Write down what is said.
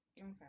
Okay